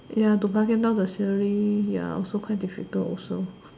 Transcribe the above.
ya to bargain down the salary ya also quite difficult also